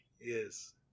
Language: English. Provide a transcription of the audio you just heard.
Yes